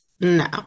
no